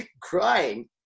crying